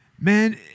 man